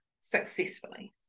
successfully